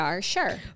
sure